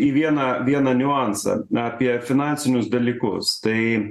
į vieną vieną niuansą apie finansinius dalykus tai